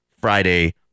Friday